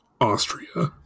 Austria